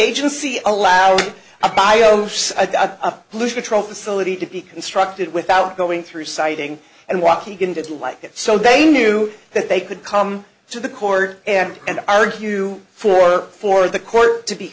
agency allowed a bios a loose control facility to be constructed without going through citing and waukegan didn't like it so they knew that they could come to the court and argue for for the court to be